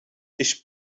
ich